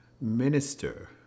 minister